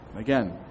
Again